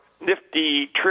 nifty